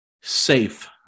safe